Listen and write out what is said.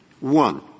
one